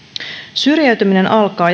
syrjäytyminen alkaa